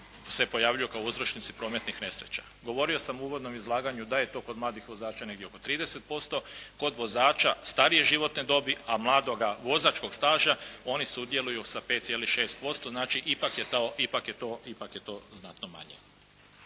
se pojavljuju kao uzročnici prometnih nesreća. Govorio sam u uvodnom izlaganju da je to kod mladih vozača negdje oko 30%, kod vozača starije životne dobi a mladoga vozačkog staža oni sudjeluju sa 5,6%. Znači, ipak je to znatno manje.